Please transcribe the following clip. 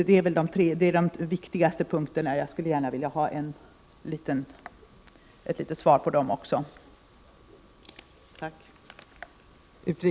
Dessa är de viktigaste punkterna, och jag skulle gärna vilja ha ett besked där från utrikesministern.